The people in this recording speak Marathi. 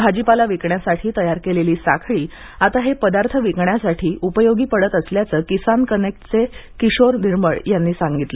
भाजीपाला विकण्यासाठी तयार केलेली साखळी आता हे पदार्थ विकण्यासाठी उपयोगी पडत असल्याचे किसान कनेक्टचे किशोर निर्मळ यांनी सांगितले